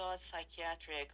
psychiatric